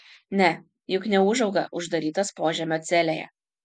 ne juk neūžauga uždarytas požemio celėje